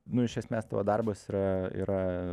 nu iš esmės tavo darbas yra yra